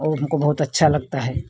और हमको बहुत अच्छा लगता है